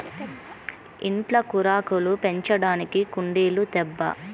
ఇంట్ల కూరాకులు పెంచడానికి కుండీలు తేబ్బా